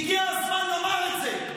הגיע הזמן לומר את זה,